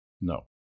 No